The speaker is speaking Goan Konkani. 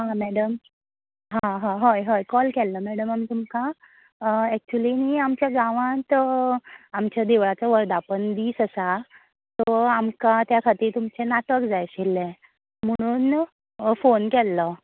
आं मॅडम हां हां हय हय कॉल केल्लो मॅडम आमी तुमका एक्चुली नी आमच्या गांवांत आमच्या देवळाचो वर्धापन दीस आसा सो आमकां त्या खातीर तुमचे नाटक जाय आशिल्ले म्हणून फोन केल्लो